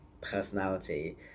personality